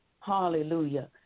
hallelujah